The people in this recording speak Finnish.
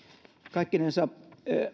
kaikkinensa